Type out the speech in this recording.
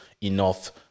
enough